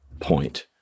point